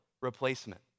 replacement